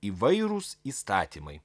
įvairūs įstatymai